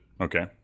Okay